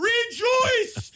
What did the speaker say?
Rejoice